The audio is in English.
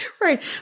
Right